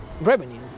revenue